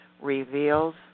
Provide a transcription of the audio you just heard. reveals